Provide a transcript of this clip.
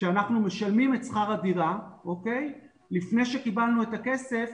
שאנחנו משלמים את שכר הדירה לפני שקיבלנו את הכסף